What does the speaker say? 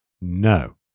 No